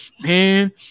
man